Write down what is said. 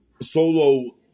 solo